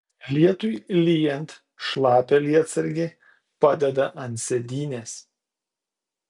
lietui lyjant šlapią lietsargį padeda ant sėdynės